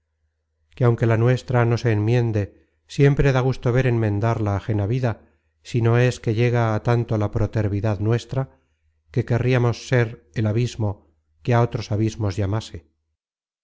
que aunque la nuestra no se enmiende siempre da gusto ver enmendar la ajena vida si no es que llega á content from google book search generated at tanto la protervidad nuestra que querriamos ser el abismo que á otros abismos llamase